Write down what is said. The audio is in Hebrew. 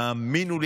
האמינו לי,